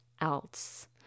else